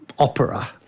Opera